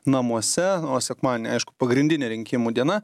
namuose o sekmadienį aišku pagrindinė rinkimų diena